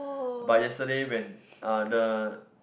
but yesterday when uh the